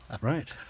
Right